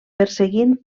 perseguint